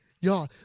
Y'all